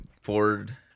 Ford